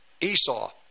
Esau